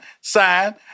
sign